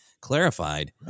clarified